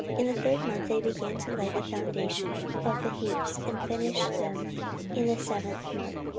in the third month they began to lay the foundation of the heaps, and finished them in the seventh month.